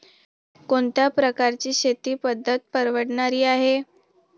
कोणत्या प्रकारची शेती पद्धत परवडणारी आहे?